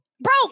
Bro